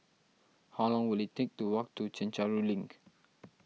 how long will it take to walk to Chencharu Link